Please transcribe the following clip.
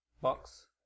box